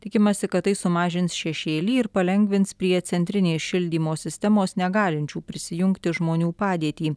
tikimasi kad tai sumažins šešėlį ir palengvins prie centrinės šildymo sistemos negalinčių prisijungti žmonių padėtį